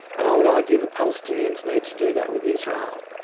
and i would argue the palestinians need to do that with israel.